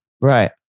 Right